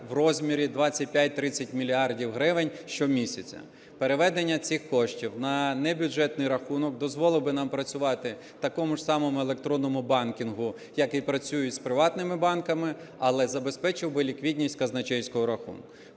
в розмірі 25-30 мільярдів гривень щомісяця. Переведення цих кошті на небюджетний рахунок дозволив би нам працювати в такому ж самому електронному банкінгу, як і працюють з приватними банками, але забезпечив би ліквідність казначейського рахунку.